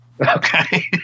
Okay